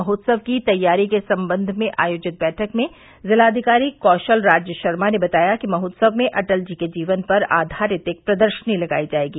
महोत्सव की तैयारी के सम्बन्ध में आयोजित बैठक में जिलाधिकारी कौशलराज शर्मा ने बताया कि महोत्सव में अटल जी के जीवन पर आधारित एक प्रदर्शनी लगायी जायेगी